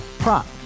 Prop